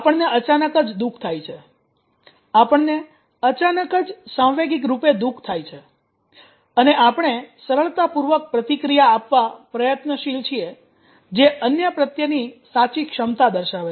આપણને અચાનક જ દુખ થાય છે આપણને અચાનક જ સાંવેગિક રૂપે દુખ થાય છે અને આપણે સરળતાપૂર્વક પ્રતિક્રિયા આપવા પ્રયત્નશીલ છીએ જે અન્ય પ્રત્યેની સાચી ક્ષમતા દર્શાવે છે